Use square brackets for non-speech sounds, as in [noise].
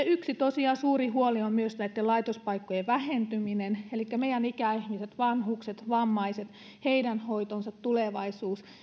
[unintelligible] yksi suuri huoli on myös näitten laitospaikkojen vähentyminen elikkä meidän ikäihmiset vanhukset vammaiset heidän hoitonsa tulevaisuus